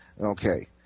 okay